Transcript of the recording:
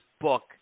book